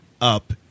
up